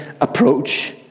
approach